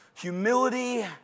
Humility